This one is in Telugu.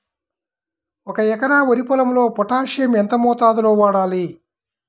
ఒక ఎకరా వరి పొలంలో పోటాషియం ఎంత మోతాదులో వాడాలి?